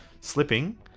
slipping